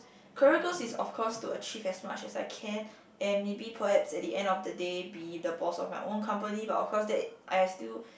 career goals is of course to achieve as much as I can and maybe perhaps at the end of the day be the boss of my own company but of course that I still